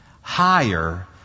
higher